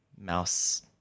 mouse